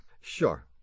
Sure